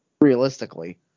realistically